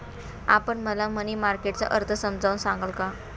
आपण मला money market चा अर्थ समजावून सांगाल का?